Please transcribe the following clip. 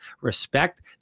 respect